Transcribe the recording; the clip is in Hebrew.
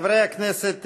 חברי הכנסת,